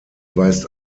weist